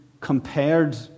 compared